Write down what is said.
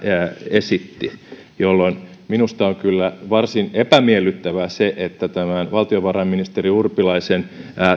esitti jolloin minusta on kyllä varsin epämiellyttävää se että tämä valtiovarainministeri urpilaisen